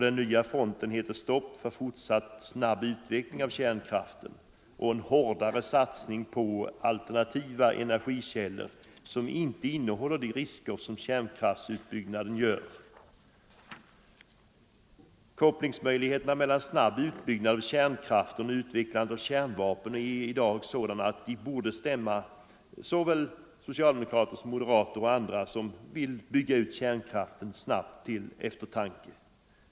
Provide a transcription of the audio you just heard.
Den nya fronten heter: Stopp för fortsatt snabb utveckling av kärnkraften — hårdare satsning på alternativa energikällor som inte medför samma risker som kärnkraftsutbyggnaden. Möjligheterna att koppla en snabb utbyggnad av kärnkraften till utvecklandet av kärnvapen är i dag sådana att de borde stämma såväl socialdemokrater som moderater och andra som vill bygga ut kärnkraften till eftertanke.